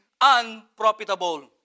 unprofitable